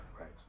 Right